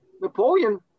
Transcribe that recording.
Napoleon